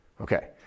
Okay